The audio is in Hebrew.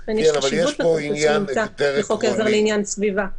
לכן יש חשיבות לחוק עזר לעניין סביבה.